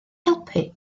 helpu